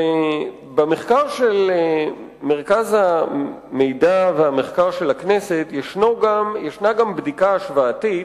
ובמחקר של מרכז המחקר והמידע של הכנסת יש גם בדיקה השוואתית